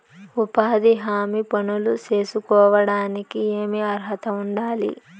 ఉపాధి హామీ పనులు సేసుకోవడానికి ఏమి అర్హత ఉండాలి?